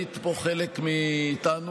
היית פה חלק מאיתנו,